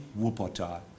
Wuppertal